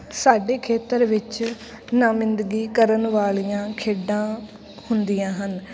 ਸਾਡੇ ਖੇਤਰ ਵਿੱਚ ਨੁਮਾਇੰਦਗੀ ਕਰਨ ਵਾਲੀਆਂ ਖੇਡਾਂ ਹੁੰਦੀਆਂ ਹਨ